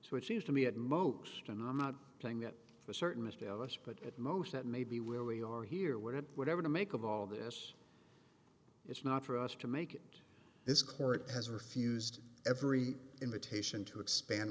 so it seems to me at most and i'm not saying that for certain most of us but at most that may be where we are here wouldn't whatever to make of all this it's not for us to make this court has refused every invitation to expand